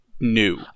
new